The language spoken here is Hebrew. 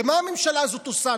ומה הממשלה הזאת עושה?